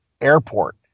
airport